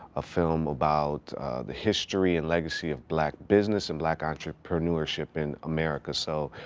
a film about the history and legacy of black business and black entrepreneurship in america, so.